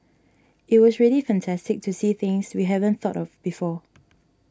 it was really fantastic to see things we haven't thought of before